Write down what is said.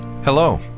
Hello